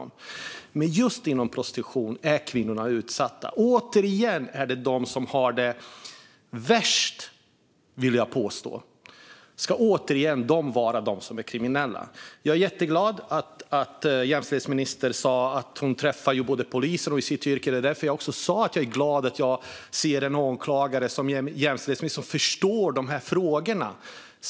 Men inom prostitution är kvinnorna utsatta, och återigen ska de som har det värst anses vara kriminella. Jämställdhetsministern säger att hon träffar poliser i sitt yrke. Det gläder mig att vi har fått en åklagare som jämställdhetsminister, för hon förstår dessa frågor.